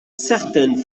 certaines